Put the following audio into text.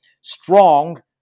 strong